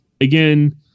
again